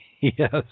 Yes